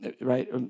Right